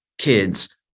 kids